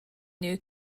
new